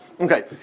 Okay